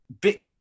big